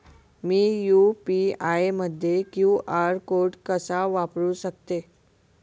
मी UPI मध्ये QR code कसा वापरु शकते?